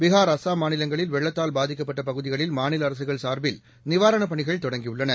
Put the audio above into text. பீகார் அஸ்ஸாம் மாநிலங்களில் வெள்ளத்தால் பாதிக்கப்பட்ட பகுதிகளில் மாநில அரசுகள் சார்பில் நிவாரணப் பணிகள் தொடங்கியுள்ளன